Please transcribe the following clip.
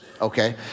okay